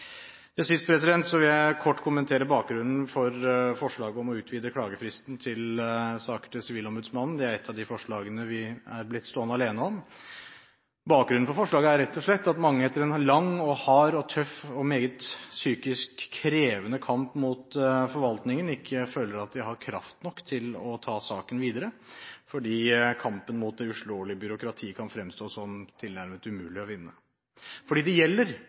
Til sist vil jeg kort kommentere bakgrunnen for forslaget om å utvide klagefristen til saker til Sivilombudsmannen. Det er et av de forslagene vi er blitt stående alene om. Bakgrunnen for forslaget er rett og slett at mange etter en lang, hard, tøff og meget psykisk krevende kamp mot forvaltningen ikke føler at de har kraft nok til å ta saken videre, fordi kampen mot det uslåelige byråkratiet kan fremstå som tilnærmet umulig å vinne. De det gjelder,